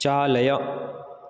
चालय